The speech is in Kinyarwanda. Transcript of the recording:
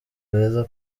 beza